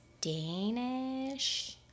Danish